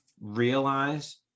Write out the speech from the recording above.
realize